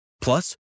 Plus